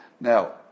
Now